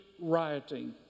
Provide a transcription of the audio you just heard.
rioting